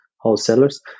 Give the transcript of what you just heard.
wholesalers